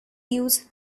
use